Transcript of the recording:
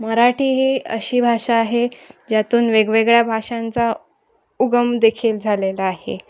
मराठी ही अशी भाषा आहे ज्यातून वेगवेगळ्या भाषांचा उगम देखील झालेला आहे